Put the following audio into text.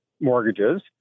mortgages